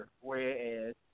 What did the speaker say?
whereas